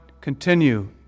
continue